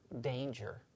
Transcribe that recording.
danger